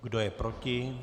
Kdo je proti?